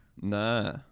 Nah